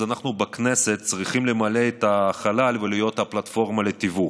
אז אנחנו בכנסת צריכים למלא את החלל ולהיות הפלטפורמה לתיווך.